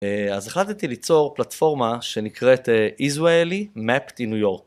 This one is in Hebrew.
אז החלטתי ליצור פלטפורמה שנקראת Israeli mapped in New York.